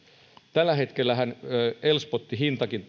tällä hetkellähän elspot hintakin